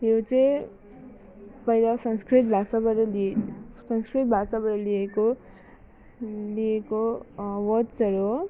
यो चाहिँ पहिला संस्कृत भाषाबाट लिई संस्कृत भाषाबाट लिइएको हो लिइएको वर्डसहरू हो